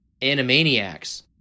Animaniacs